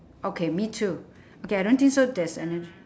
okay me too okay I don't think so there's any